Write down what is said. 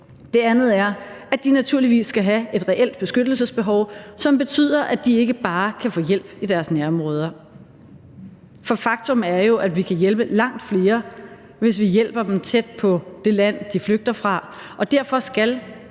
Det andet er, at de naturligvis skal have et reelt beskyttelsesbehov, som betyder, at de ikke bare kan få hjælp i deres nærområder. For faktum er jo, at vi kan hjælpe langt flere, hvis vi hjælper dem tæt på det land, de flygter fra, og derfor skal